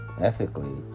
ethically